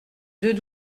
deux